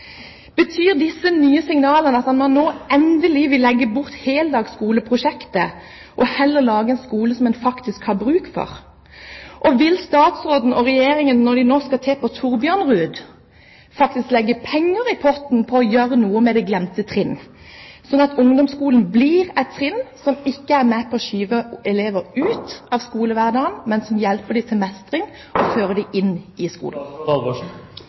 Betyr disse nye signalene at man nå endelig vil legge bort heldagsskoleprosjektet og heller lage en skole som man faktisk har bruk for? Og vil statsråden og Regjeringen, når de nå skal til på Torbjørnrud, faktisk legge penger i potten for å gjøre noe med det glemte trinn, sånn at ungdomsskolen blir et trinn som ikke er med på å skyve elever ut av skolehverdagen, men som hjelper dem til mestring og fører dem inn i skolen?